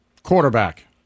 Quarterback